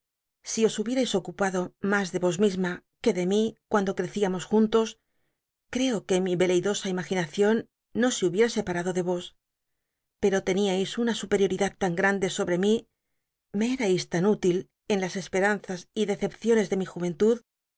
si os hubierais ocupado mas de vos misma que de mi cuando creciamosjuntos creo que mi veleidosa imaginacion no se hu biera separado de vos pero teníais una superioridad lan grande sobre mí me cl'ais tan útil en las esperanzas y decepciones de mi juventud